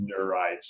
neurites